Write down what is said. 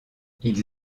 ils